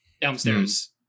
downstairs